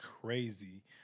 crazy